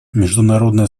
международное